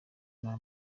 nta